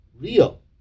Real